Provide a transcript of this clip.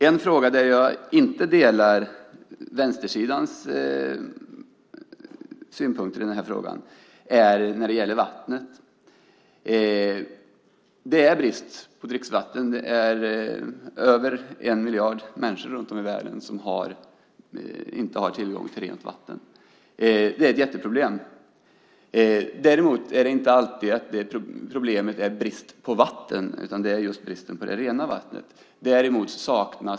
En fråga där jag inte delar vänstersidans synpunkter gäller vattnet. Det är brist på dricksvatten. Det är över en miljard människor runt om i världen som inte har tillgång till rent vatten. Det är ett jätteproblem. Däremot är problemet inte alltid brist på vatten, utan det är brist på det rena vattnet.